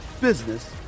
business